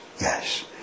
Yes